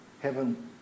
Heaven